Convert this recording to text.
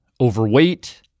overweight